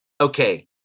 okay